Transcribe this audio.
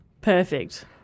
Perfect